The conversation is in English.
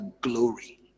glory